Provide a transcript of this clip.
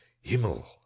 himmel